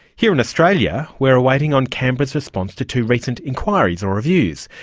here in australia we're awaiting on canberra's response to two recent inquiries or reviews.